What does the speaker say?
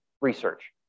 research